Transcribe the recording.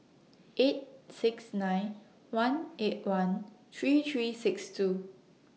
eight six nine one eight one three three six two